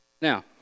Now